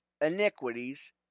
iniquities